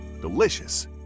delicious